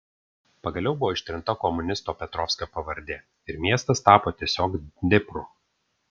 pagaliau buvo ištrinta komunisto petrovskio pavardė ir miestas tapo tiesiog dnipru